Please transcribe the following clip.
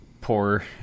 poor